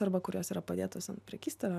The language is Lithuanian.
arba kurios yra padėtos ant prekystalio